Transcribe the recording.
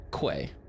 Quay